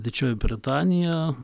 didžioji britanija